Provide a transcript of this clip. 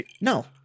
No